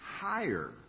higher